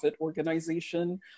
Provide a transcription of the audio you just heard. organization